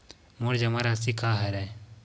मोर जमा राशि का हरय?